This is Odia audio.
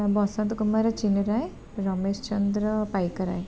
ବସନ୍ତ କୁମାର ଚିନରାୟ ରମେଶ ଚନ୍ଦ୍ର ପାଇକରାୟ